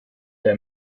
der